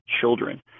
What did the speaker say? children